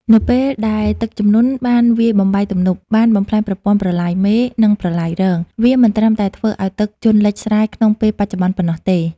នៅពេលដែលទឹកជំនន់បានវាយបំបែកទំនប់ បានបំផ្លាញប្រព័ន្ធប្រឡាយមេ និងប្រឡាយរង វាមិនត្រឹមតែធ្វើឱ្យទឹកជន់លិចស្រែក្នុងពេលបច្ចុប្បន្នប៉ុណ្ណោះទេ។